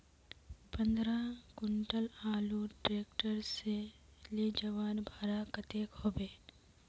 पंद्रह कुंटल आलूर ट्रैक्टर से ले जवार भाड़ा कतेक होबे?